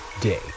day